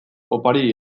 opariei